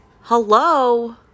Hello